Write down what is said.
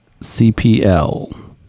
cpl